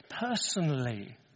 personally